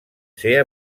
ser